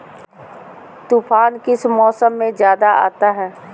तूफ़ान किस मौसम में ज्यादा आता है?